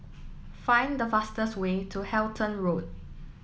find the fastest way to Halton Road